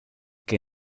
que